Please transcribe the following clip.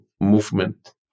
movement